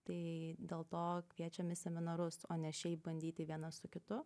tai dėl to kviečiam į seminarus o ne šiaip bandyti vienas su kitu